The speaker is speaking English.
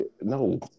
no